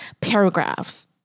paragraphs